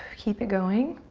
keep it going.